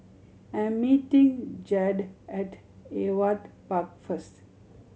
I am meeting Jaeda at Ewart Park first